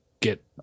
get